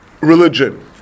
religion